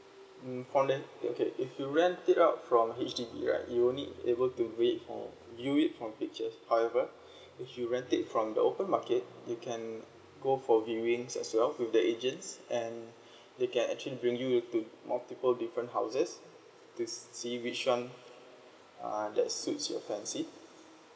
mm from that uh okay if you rent it out from H_D_B right you'll only able to wait for view it from pictures however if you rent it from the open market you can go for viewing as well with the agents and they can actually bring you to multiple different houses to see see which [one] uh that suits your fancy